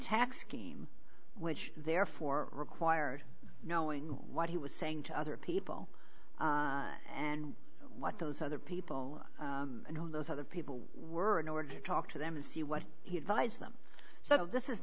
tax scheme which therefore required knowing what he was saying to other people and what those other people and all those other people were in order to talk to them and see what he advised them so this is